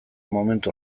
momentu